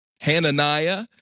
Hananiah